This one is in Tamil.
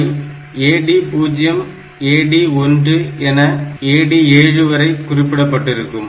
அவை AD0 AD1 என AD7 வரை குறிப்பிடப்பட்டிருக்கும்